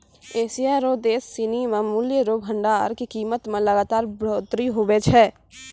Asia रो देश सिनी मे मूल्य रो भंडार के कीमत मे लगातार बढ़ोतरी हुवै छै